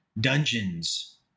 dungeons